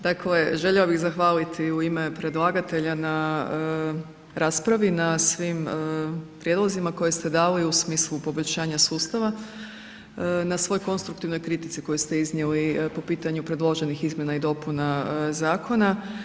Dakle, željela bih zahvaliti u ime predlagatelja na raspravi na svim prijedlozima koje ste dali u smislu poboljšavanja sustava, na svoj konstruktivnoj kritici koju ste iznijeli po pitanju predloženih izmjena i dopuna zakona.